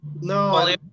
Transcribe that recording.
No